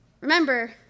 remember